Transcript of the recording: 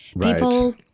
People